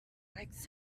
likes